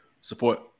Support